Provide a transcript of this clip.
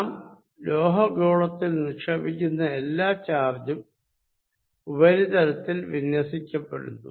നാം ലോഹഗോളത്തിൽ നിക്ഷേപിക്കുന്ന എല്ലാ ചാർജ്ഉം ഉപരിതലത്തിൽ വിന്യസിക്കപ്പെടുന്നു